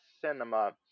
cinema